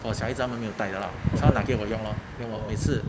for 小孩子他们没有带的 lah 所以拿给我用 lor 用 lor 每次